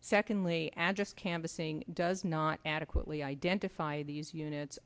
secondly address canvassing does not adequately identify these units